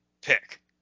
pick